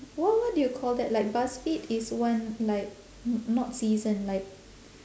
what what do you call that like buzzfeed is one like n~ not season like